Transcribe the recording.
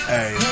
Hey